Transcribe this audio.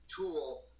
tool